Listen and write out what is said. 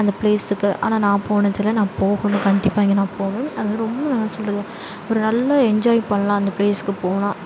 அந்த பிளேஸுக்கு ஆனால் நான் போனது இல்லை நான் போகணும் கண்டிப்பாக அங்கே நான் போகணும் அது ரொம்ப நான் என்ன சொல்கிறது ஒரு நல்ல என்ஜாய் பண்ணலாம் அந்த பிளேஸ்க்கு போனால்